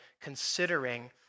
considering